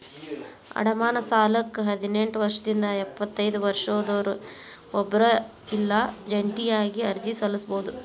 ಅಡಮಾನ ಸಾಲಕ್ಕ ಹದಿನೆಂಟ್ ವರ್ಷದಿಂದ ಎಪ್ಪತೈದ ವರ್ಷದೊರ ಒಬ್ರ ಇಲ್ಲಾ ಜಂಟಿಯಾಗಿ ಅರ್ಜಿ ಸಲ್ಲಸಬೋದು